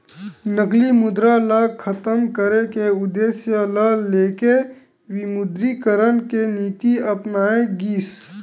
नकली मुद्रा ल खतम करे के उद्देश्य ल लेके विमुद्रीकरन के नीति अपनाए गिस